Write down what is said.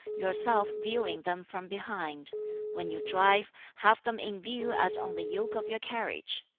yourself viewing them from behind when you drive, have them in view as on the yoke of your carriage.